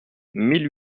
mille